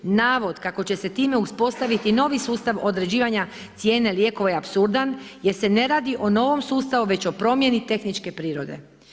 Navod, kako će se time uspostaviti novi sustav određivanja cijene lijekova je apsurdan jer se ne radi o novom sustavu već o promjeni tehničke prirode.